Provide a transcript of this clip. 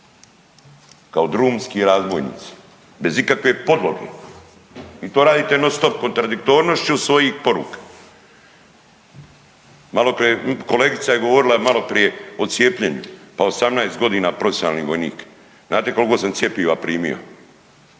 kao drumski razbojnici bez ikakve podloge i to radite non-stop kontradiktornošću svojih poruka. Kolegica je govorila maloprije o cijepljenju, pa 18 godina profesionalni vojnik znate koliko sam cjepivo primio?